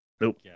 nope